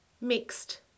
mixed